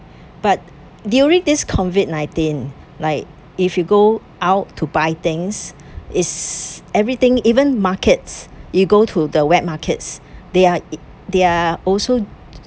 but during this COVID nineteen like if you go out to buy things everything even markets you go to the wet markets they are e~ they are also